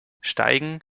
steigen